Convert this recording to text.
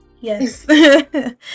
yes